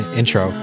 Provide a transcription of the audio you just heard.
intro